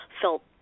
felt